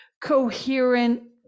coherent